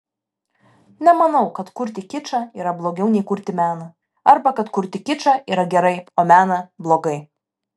nemanau kad kurti kičą yra blogiau nei kurti meną arba kad kurti kičą yra gerai o meną blogai